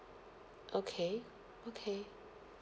okay okay